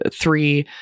three